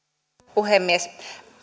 puhemies